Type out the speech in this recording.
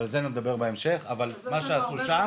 על זה נדבר בהמשך אבל מה שעשו שם,